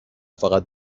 فقط